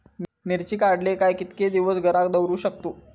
मिर्ची काडले काय कीतके दिवस घरात दवरुक शकतू?